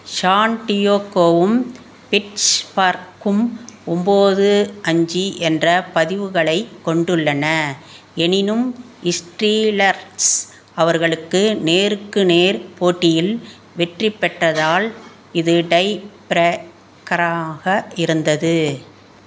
Shawn டியோக்கோவும் பிட்ஸ்பர்க்கும் ஒம்பது அஞ்சு என்ற பதிவுகளைக் கொண்டுள்ளன எனினும் இஸ்டீலர்ஸ் அவர்களுக்கு நேருக்கு நேர் போட்டியில் வெற்றிப் பெற்றதால் இது டை ப்ரேக்கராக இருந்தது